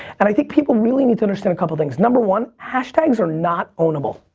and i think people really need to understand a couple of things. number one, hashtags are not ownable.